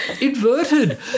inverted